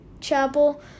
chapel